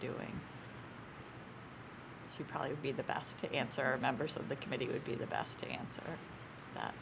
doing she probably would be the best to answer members of the committee would be the best to answer that